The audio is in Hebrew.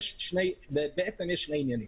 יש בעצם שני עניינים.